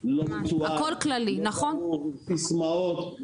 הכל עם סיסמאות,